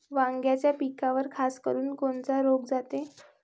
वांग्याच्या पिकावर खासकरुन कोनचा रोग जाते?